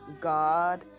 God